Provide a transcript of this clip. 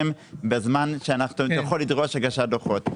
בזמן שאנחנו יכולים לדרוש הגשת דוחות.